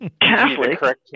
Catholic